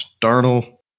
Darnell